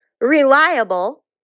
reliable